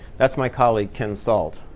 that's my colleague, ken solt.